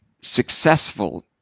successful